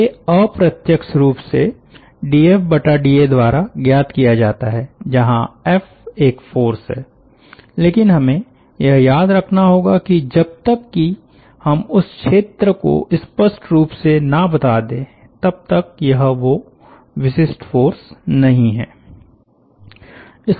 इसे अप्रत्यक्ष रूप से ⅆFⅆA द्वारा ज्ञात किया जाता हैजहां एफ एक फ़ोर्स है लेकिन हमें यह याद रखना होगा कि जब तक कि हम उस क्षेत्र को स्पष्ट रूप से ना बता दे तब तक यह वो विशिष्ट फ़ोर्स नहीं है